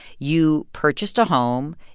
you purchased a home.